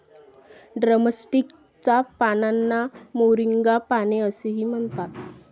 drumstick च्या पानांना moringa पाने असेही म्हणतात